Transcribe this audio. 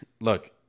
look